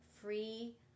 free